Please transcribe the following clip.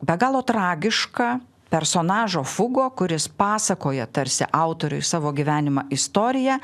be galo tragiška personažo fugo kuris pasakoja tarsi autoriui savo gyvenimą istoriją